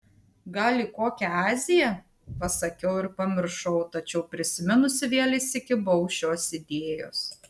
gal į kokią aziją pasakiau ir pamiršau tačiau prisiminusi vėl įsikibau šios idėjos